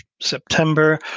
September